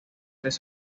tres